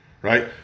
Right